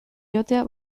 joatea